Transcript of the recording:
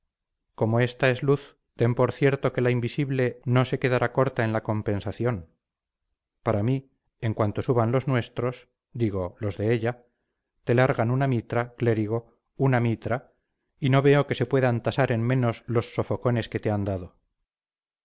como esta es luz ten por cierto que la invisible no se quedará corta en la compensación para mí en cuanto suban los nuestros digo los de ella te largan una mitra clérigo una mitra y no veo que se puedan tasar en menos los sofocones que te han dado